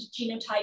genotype